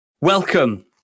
welcome